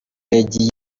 yigiye